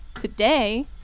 today